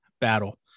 battle